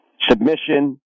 submission